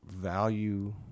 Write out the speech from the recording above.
value